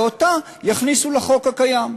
ואותה יכניסו לחוק הקיים.